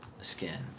skin